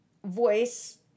voice